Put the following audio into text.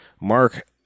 Mark